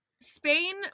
Spain